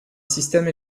système